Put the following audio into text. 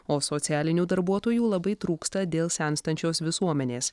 o socialinių darbuotojų labai trūksta dėl senstančios visuomenės